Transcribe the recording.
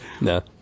No